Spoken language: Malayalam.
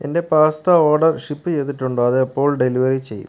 എന്റെ പാസ്ത ഓർഡർ ഷിപ്പ് ചെയ്തിട്ടുണ്ടോ അത് എപ്പോൾ ഡെലിവറി ചെയ്യും